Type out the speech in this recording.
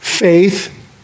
Faith